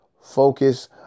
focus